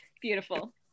beautiful